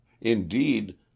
INDEED